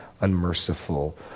unmerciful